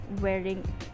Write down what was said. wearing